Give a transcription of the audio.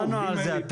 דיברנו על זה.